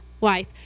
wife